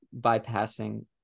bypassing